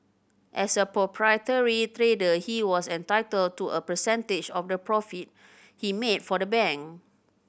as a proprietary trader he was entitled to a percentage of the profit he made for the bank